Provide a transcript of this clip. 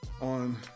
on